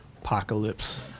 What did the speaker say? Apocalypse